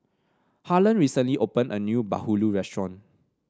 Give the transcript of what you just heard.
Harland recently opened a new bahulu restaurant